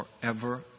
forever